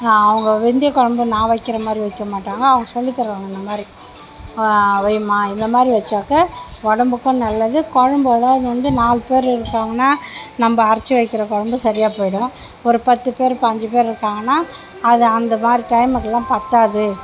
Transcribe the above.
அவங்க வெந்தைய குழம்பு நான் வைக்கிற மாதிரி வைக்க மாட்டாங்க அவங்க சொல்லி தருவாங்க இந்த மாதிரி வைமா இந்த மாதிரி வச்சாக்க உடம்புக்கும் நல்லது குழம்பு அதாவது வந்து நாலு பேர் இருக்காங்கன்னா நம்ப அரைச்சி வைக்கிற குழம்பு சரியாக போயிவிடும் ஒரு பத்து பேர் பாஞ்சு பேர் இருக்காங்கன்னா அது அந்த மாதிரி டைமுக்குலாம் பத்தாது